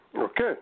Okay